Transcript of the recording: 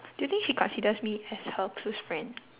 do you think she considers me as her close friend